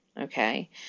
okay